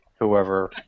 Whoever